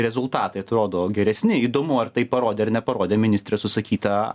rezultatai atrodo geresni įdomu ar tai parodė ar neparodė ministrės užsakyta